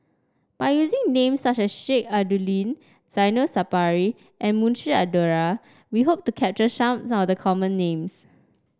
by using names such as Sheik Alau'ddin Zainal Sapari and Munshi Abdullah we hope to capture some the common names